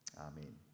Amen